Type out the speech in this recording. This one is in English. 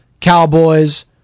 Cowboys